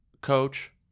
coach